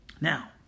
Now